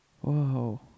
Whoa